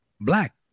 black